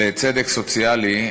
לצדק סוציאלי,